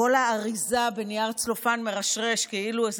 כל האריזה בנייר צלופן מרשרש כאילו זה